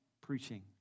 preaching